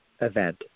event